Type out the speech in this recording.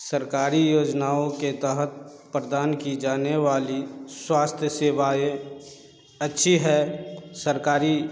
सरकारी योजनाओं के तहत प्रदान की जाने वाली स्वास्थय सेवाएँ अच्छी हैं सरकारी